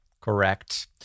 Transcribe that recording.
correct